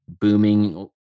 booming